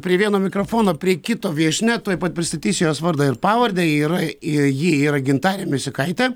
prie vieno mikrofono prie kito viešnia tuoj pat pristatysiu jos vardą ir pavardę ji yra ir ji yra gintarė misiukaitė